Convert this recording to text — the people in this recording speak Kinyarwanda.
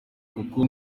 kuko